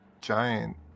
giant